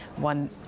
one